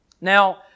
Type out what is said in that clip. Now